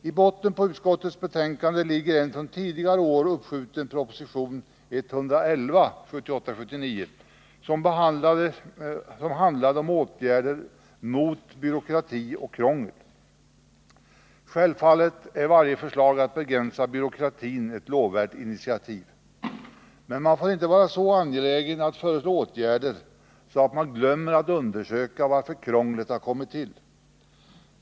I botten på utskottets betänkande ligger en från tidigare år uppskjuten proposition, nr 1978/79:111, som handlade om åtgärder mot krångel och byråkrati. Självfallet är varje förslag om att begränsa byråkratin ett lovvärt initiativ, men man får inte vara så angelägen att föreslå åtgärder att man glömmer att undersöka varför krånglet har kommit till.